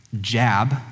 jab